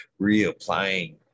reapplying